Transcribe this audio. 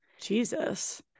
Jesus